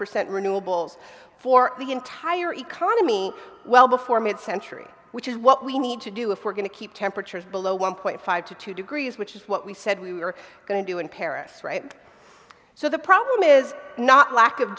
percent renewables for the entire economy well before mid century which is what we need to do if we're going to keep temperatures below one point five to two degrees which is what we said we were going to do in paris right so the problem is not lack of